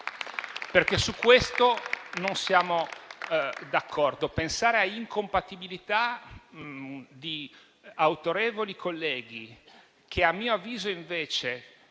perché su questo non siamo d'accordo. Pensare a incompatibilità di autorevoli colleghi, che a mio avviso invece